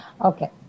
Okay